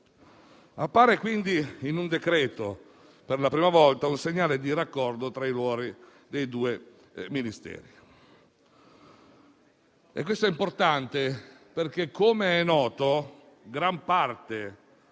Appare quindi in un decreto-legge, per la prima volta, un segnale di raccordo tra i ruoli dei due Ministeri e questo è importante perché, com'è noto, la più